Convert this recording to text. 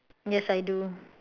yes I do